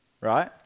right